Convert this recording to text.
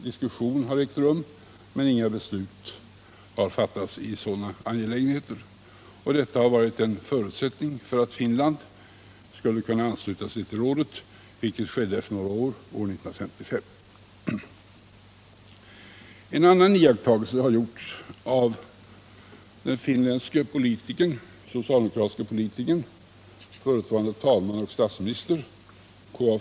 Diskussion har ägt rum, men inget beslut har fattats i sådana angelägenheter. Detta har varit en förutsättning för att Finland skulle kunna ansluta sig till rådet, vilket skedde år 1955. En annan iakttagelse har gjorts av den finländske socialdemokratiske politikern, förutvarande talmannen och statsministern K.-A.